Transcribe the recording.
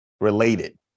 related